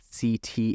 CT